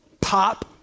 pop